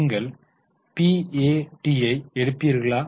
நீங்கள் பிஏடி ஐ எடுப்பீர்களா